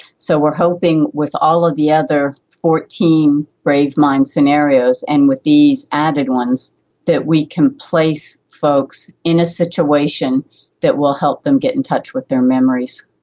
so we're hoping with all of the other fourteen bravemind scenarios and with these added ones that we can place folks in a situation that will help them get in touch with their memories.